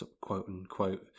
quote-unquote